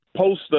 Post